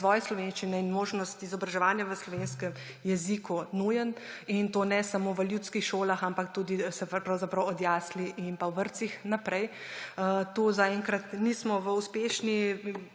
razvoj slovenščine in možnost izobraževanja v slovenskem jeziku nujna, in to ne samo v ljudskih šolah, ampak tudi pravzaprav v jaslih in vrtcih naprej. Tu zaenkrat nismo uspešni,